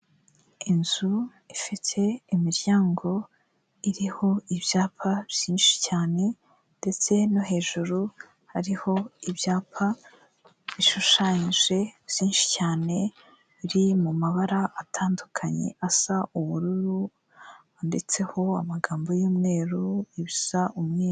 Inzu ifite imiryango iriho ibyapa byinshi cyane ndetse no hejuru hariho ibyapa bishushanyije byinshi cyane, biri mu mabara atandukanye asa ubururu handitseho amagambo y'umweru bisa umweru...